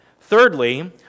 Thirdly